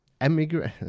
emigrate